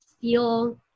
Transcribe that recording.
feel